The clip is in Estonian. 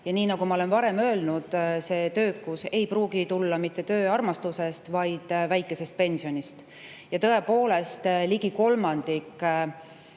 Nii nagu ma olen varem öelnud – see töökus ei pruugi tulla mitte tööarmastusest, vaid väikesest pensionist. Ja tõepoolest – ligi kolmandik